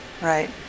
right